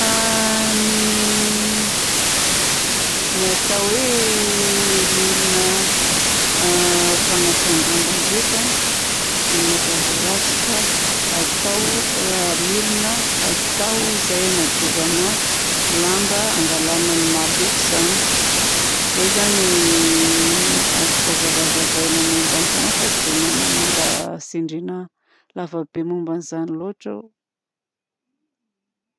Ny atao hoe ilay milina fanasan-damba ndraika dia mazava ho azy fa atao milina atao izay hagnadiovana lamba atao agnalana ny maloto zany. Izay zany azoko hazavazavaina momba an'izany fa tsy dia magnana raha tsindriana lava be momba an'izany loatra aho.